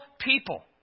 people